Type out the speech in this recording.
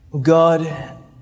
God